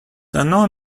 unknown